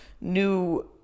new